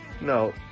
No